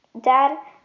Dad